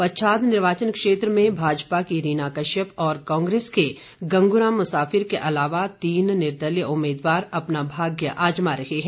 पच्छाद निर्वाचन क्षेत्र में भाजपा की रीना कश्यप और कांग्रेस के गंगूराम मुसाफिर के अलावा तीन निर्दलीय उम्मीदवार अपना भाग्य आजमा रहे हैं